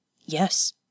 Yes